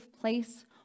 place